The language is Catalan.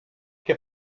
què